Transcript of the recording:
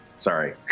Sorry